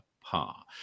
par